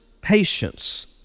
patience